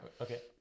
okay